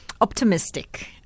optimistic